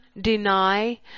deny